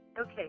okay